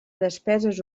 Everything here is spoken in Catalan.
despeses